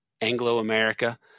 Anglo-America